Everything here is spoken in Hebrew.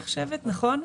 נכון?